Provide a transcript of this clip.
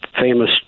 famous